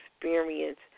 experience